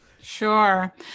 Sure